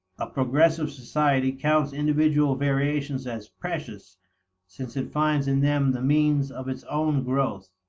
a progressive society counts individual variations as precious since it finds in them the means of its own growth.